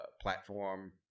platform